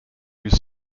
use